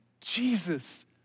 Jesus